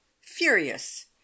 furious